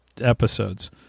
episodes